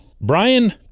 brian